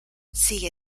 sigue